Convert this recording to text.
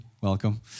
Welcome